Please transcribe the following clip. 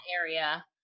area